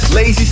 Lazy